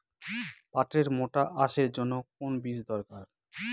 পাটের মোটা আঁশের জন্য কোন বীজ দরকার?